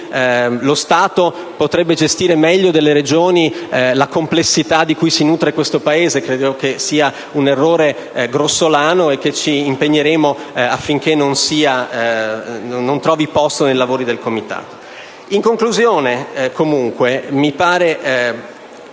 lo Stato potrebbe gestire meglio delle Regioni la complessità di cui si nutre questo Paese. Credo che questo sia un errore grossolano, e ci impegneremo affinché non trovi posto nei lavori del Comitato. In conclusione, mi pare